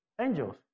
angels